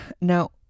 Now